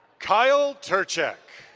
kyle turchek.